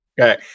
Okay